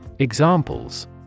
Examples